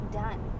done